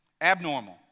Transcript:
abnormal